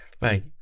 Right